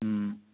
ও